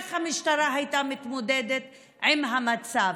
איך המשטרה הייתה מתמודדת עם המצב.